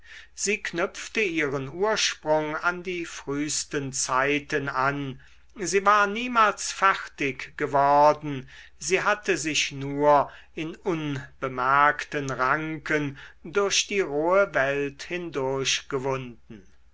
sie knüpfte ihren ursprung an die frühsten zeiten an sie war niemals fertig geworden sie hatte sich nur in unbemerkten ranken durch die rohe welt